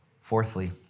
Fourthly